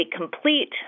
complete